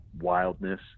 wildness